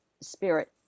spirit